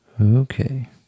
Okay